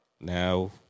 Now